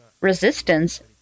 Resistance